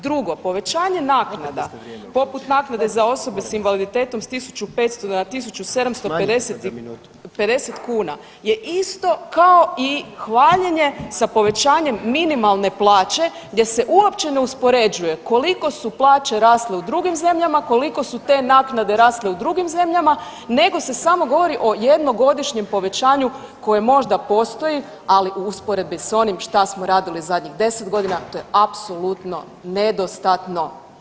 Drugo, povećanje naknada poput naknade za osobe s invaliditetom s 1.500 na 1.750 kuna je isto kao i hvaljenje sa povećanjem minimalne plaće gdje se uopće ne uspoređuje koliko su plaće rasle u drugim zemljama, koliko su te naknade rasle u drugim zemljama, nego se samo govori o jednogodišnjem povećanju koje možda postoji, ali u usporedbi s onim šta smo radili zadnjih 10 godina to je apsolutno nedostatno.